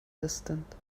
distant